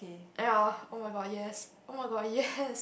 ya oh-my-god yes oh-my-god yes